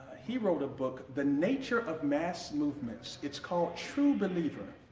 he wrote a book the nature of mass movements it's called true believer.